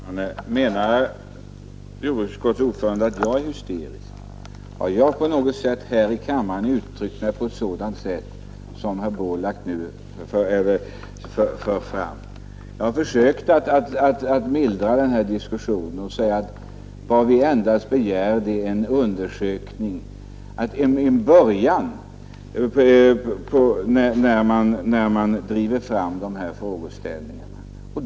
Fru talman! Menar jordbruksutskottets ordförande att jag är hysterisk? Har jag här i kammaren uttryckt mig så som Borlaug beskriver? Jag har försökt att mildra denna diskussion och sagt att vad vi begär endast är en undersökning, en början för att komma till rätta med dessa frågor.